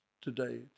today